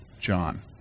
John